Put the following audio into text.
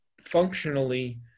functionally